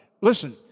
Listen